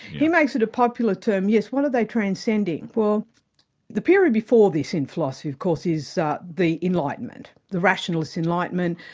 he makes it a popular term, yes, what are they transcending? well the period before this in philosophy of course is ah the enlightenment, the rationalist enlightenment,